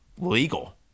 legal